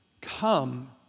Come